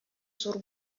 зур